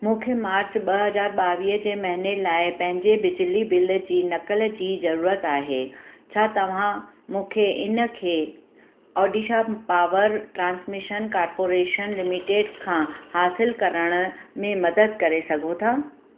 मूंखे मार्च ॿ हज़ार ॿावीह जे महीने लाइ पंहिंजे बिजली बिल जी नक़ल जी ज़रूरत आहे छा तव्हां मूंखे इन खे Odisha power transmission corporation limited खां हासिलु करण में मदद करे सघो था